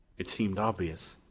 it seemed obvious.